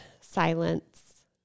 silence